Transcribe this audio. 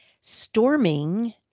storming